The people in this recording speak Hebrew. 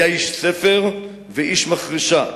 היה איש ספר ואיש מחרשה.